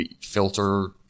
filter